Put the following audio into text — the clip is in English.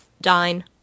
Dine